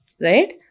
Right